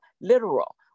literal